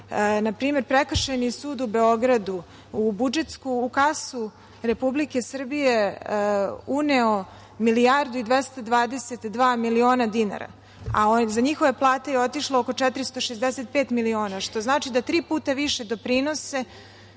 na primer Prekršajni sud u Beogradu u budžetsku kasu Republike Srbije uneo milijardu i 222 miliona dinara, a za njihove plate je otišlo oko 465 miliona, što znači da tri puta više doprinose,